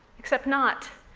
except not.